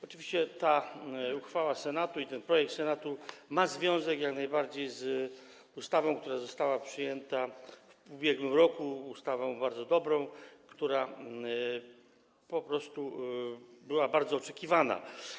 Oczywiście ta uchwała Senatu, ten projekt Senatu jak najbardziej ma związek z ustawą, która została przyjęta w ubiegłym roku, ustawą bardzo dobrą, która po prostu była bardzo oczekiwana.